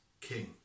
King